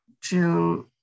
June